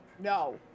no